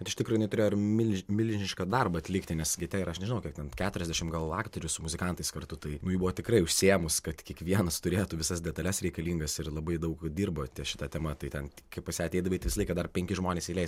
ir iš tikrųjų jinai turėjo ir milž milžinišką darbą atlikti nes gete yra aš nežinau kiek ten keturiasdešimt gal aktorių su muzikantais kartu tai nu ji buvo tikrai užsiėmus kad kiekvienas turėtų visas detales reikalingas ir labai daug dirbo ties šita tema tai ten kai pas ją ateidavai tai visą laiką dar penki žmonės eilėje